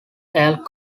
elk